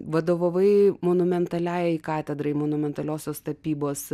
vadovavai monumentaliajai katedrai monumentaliosios tapybos